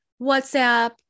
WhatsApp